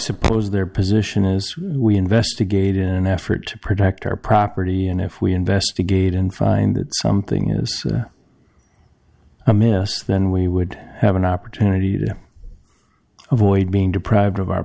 suppose their position is we investigated in an effort to protect our property and if we investigate and find that something is amiss then we would have an opportunity to avoid being deprived of our